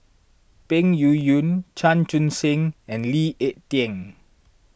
Peng Yuyun Chan Chun Sing and Lee Ek Tieng